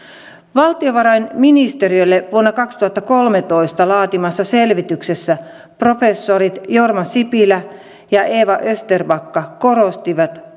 valtiovarainministeriölle vuonna kaksituhattakolmetoista laatimassaan selvityksessä professorit jorma sipilä ja eva österbacka korostivat